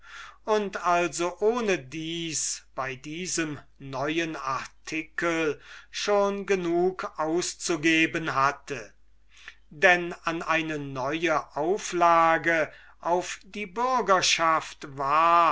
und also ohnedies bei diesem neuen artikel schon genug auszugeben hatte denn an eine neue auflage auf die bürgerschaft war